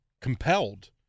compelled